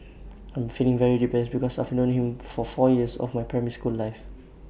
I'm feeling very depressed because I've known him for four years of my primary school life